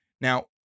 Now